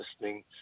listening